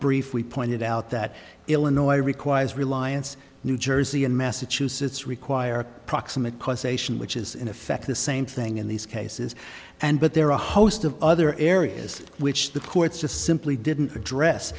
brief we pointed out that illinois requires reliance new jersey and massachusetts require proximate cause ation which is in effect the same thing in these cases and but there are a host of other areas which the courts just simply didn't address